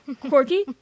Quirky